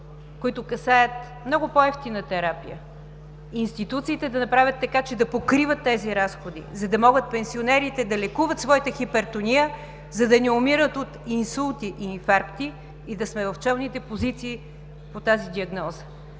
които касаят много по-евтина терапия, институциите да направят така, че да покриват тези разходи, за да могат пенсионерите да лекуват своята хипертония, за да не умират от инсулти и инфаркти и да сме в челните позиции по тази диагноза.